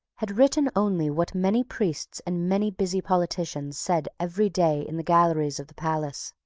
had written only what many priests and many busy politicians said every day in the galleries of the palace.